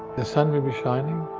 the sun will be shining,